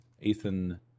Ethan